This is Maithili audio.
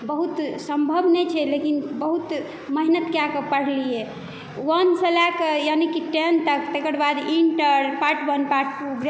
बहुत सम्भब नहि छै लेकिन बहुत मेहनत कए कऽ पढ़लियै वनसँ लऽ कऽ यानि की टेंथ तक तेकर बाद inter part one part to